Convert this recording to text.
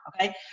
okay